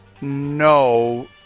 No